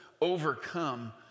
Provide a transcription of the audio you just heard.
overcome